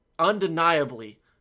undeniably